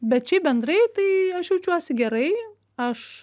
bet šiaip bendrai tai aš jaučiuosi gerai aš